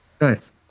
Nice